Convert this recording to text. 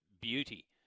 beauty